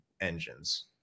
engines